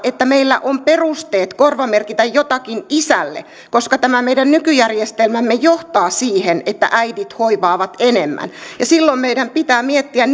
että meillä on perusteet korvamerkitä jotakin isälle koska tämä meidän nykyjärjestelmämme johtaa siihen että äidit hoivaavat enemmän ja silloin meidän pitää miettiä